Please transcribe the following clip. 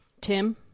tim